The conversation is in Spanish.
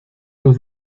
los